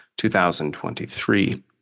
2023